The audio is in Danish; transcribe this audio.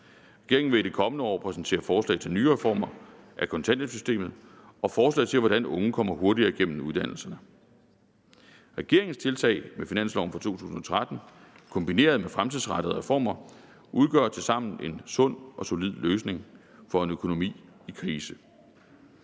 Regeringen vil i det kommende år præsentere forslag til nye reformer af kontanthjælpssystemet og forslag til, hvordan unge kommer hurtigere gennem uddannelserne. Regeringens tiltag med finansloven for 2013 kombineret med fremtidsrettede reformer udgør tilsammen en sund og solid løsning for en økonomi i krise.